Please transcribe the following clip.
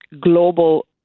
global